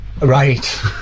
Right